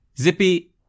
Zippy